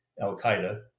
al-Qaeda